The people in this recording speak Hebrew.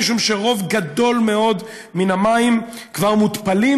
משום שרוב גדול מאוד מן המים כבר מותפלים,